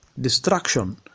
destruction